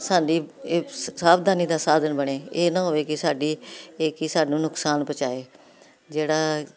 ਸਾਡੀ ਇਹ ਸਾਵਧਾਨੀ ਦਾ ਸਾਧਨ ਬਣੇ ਇਹ ਨਾ ਹੋਵੇ ਕਿ ਸਾਡੀ ਇਹ ਕਿ ਸਾਨੂੰ ਨੁਕਸਾਨ ਪਹੁੰਚਾਏ ਜਿਹੜਾ